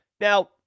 Now